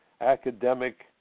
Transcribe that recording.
academic